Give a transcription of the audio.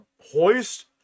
hoist